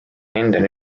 endine